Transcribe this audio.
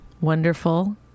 Wonderful